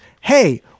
Hey